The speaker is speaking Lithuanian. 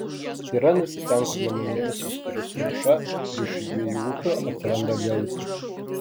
ji randasi ten kur nemunėlis susiduria su mūša ir iš šių dviejų upių atsiranda lielupė